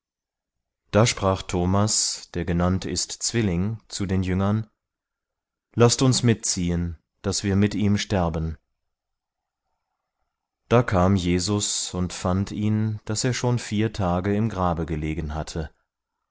da sprach thomas der genannt ist zwilling zu den jüngern laßt uns mitziehen daß wir mit ihm sterben da kam jesus und fand ihn daß er schon vier tage im grabe gelegen hatte